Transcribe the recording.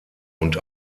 und